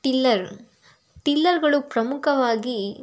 tiller ಟಿಲ್ಲರ್ಗಳು ಪ್ರಮುಖವಾಗಿ